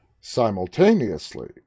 simultaneously